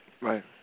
Right